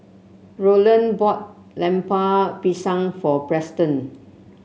Rowland bought Lemper Pisang for Preston